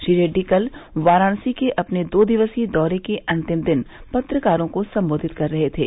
श्री रेड्डी कल वाराणसी के अपने दो दिक्सीय दौरे के अंतिम दिन पत्रकारों को संबोधित कर रहे थे